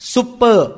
Super